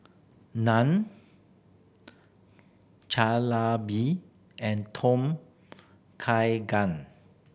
Naan Jalebi and Tom Kha Gan